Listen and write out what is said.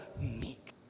meek